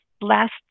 last